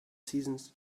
seasons